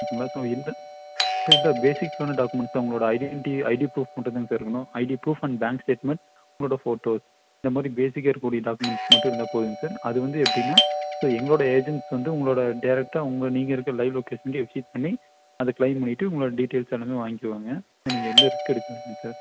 so எந்த பேசிக்கான்ன documents தான் உங்களோட ஐடென்டி ஐடி புரூப் மட்டுந்தாங்க சார் இருக்கணும் ID proof and bank statement உங்களோட போட்டோஸ் இந்தமாதிரி பேஸிக்காக இருக்கக்கூடிய டாக்குமெண்ட் மட்டும் இருந்தால் போதும்ங்க சார் அதுவந்து எப்படினா இப்போ எங்களுடைய ஏஜெண்ட்ஸ் வந்து உங்களோடு டைரக்டாக உங்கள் நீங்கள் இருக்க லைவ் லெக்கேஷனுக்கே விசிட் பண்ணி அதை கிளைம் பண்ணிவிட்டு உங்களோட டீடைல்ஸ் எல்லாமே வாங்கிக்குவாங்க நீங்கள் எந்த ரிஸ்க் எடுக்க வேணாம் சார்